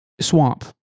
Swamp